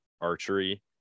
archery